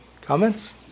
comments